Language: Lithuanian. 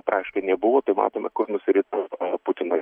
praktiškai nebuvo tai matome kur nusirito putino